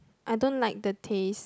I don't like the taste